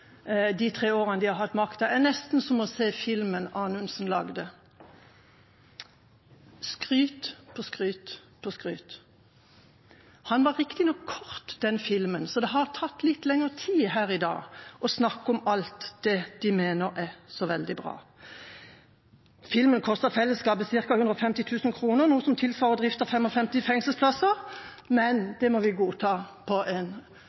de tre årene de har hatt makta, er nesten som å se filmen Anundsen lagde – skryt på skryt på skryt. Den var riktignok kort, den filmen, så det har tatt litt lenger tid her i dag å snakke om alt det de mener er så veldig bra. Filmen kostet fellesskapet ca. 150 000 kr, noe som tilsvarer drift av 55 fengselsplasser, men det må vi godta i en